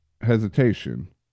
hesitation